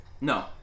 No